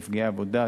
נפגעי עבודה,